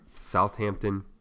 Southampton